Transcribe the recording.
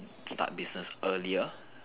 start business earlier